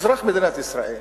אזרח מדינת ישראל,